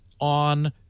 on